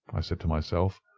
i said to myself,